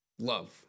love